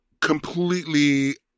completely